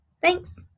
Thanks